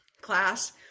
class